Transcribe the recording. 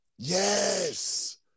Yes